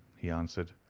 he answered,